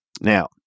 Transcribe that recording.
Now